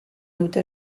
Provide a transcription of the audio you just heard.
dute